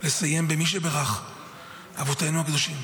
ולסיים במי שבירך אבותינו הקדושים